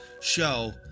show